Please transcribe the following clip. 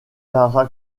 lara